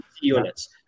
units